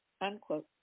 unquote